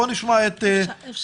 בואו נשמע את שמרית,